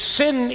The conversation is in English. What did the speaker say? sin